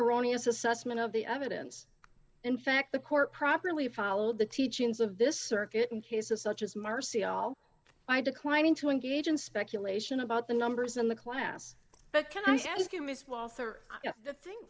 erroneous assessment of the evidence in fact the court properly followed the teachings of this circuit in cases such as marcial by declining to engage in speculation about the numbers in the class but can i ask you miss walther the thin